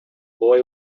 boy